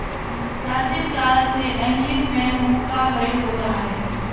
प्राचीन काल से एंगलिंग में हुक का प्रयोग हो रहा है